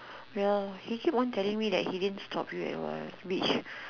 well he keep on telling me that he didn't stop you at all which